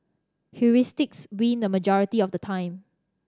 heuristics win the majority of the time